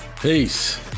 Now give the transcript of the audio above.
Peace